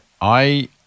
I-